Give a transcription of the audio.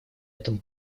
этом